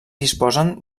disposen